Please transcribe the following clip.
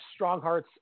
Stronghearts